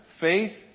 faith